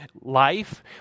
life